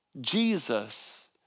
Jesus